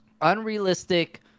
unrealistic